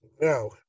Now